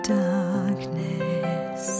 darkness